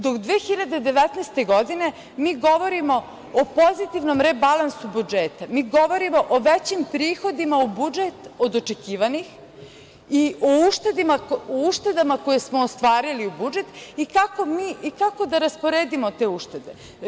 Do 2019. godine mi govorimo o pozitivnom rebalansu budžeta, mi govorimo o većim prihodima u budžet od očekivanih i o uštedama koje smo ostvarili u budžetu i kako da rasporedimo te uštede.